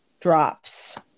drops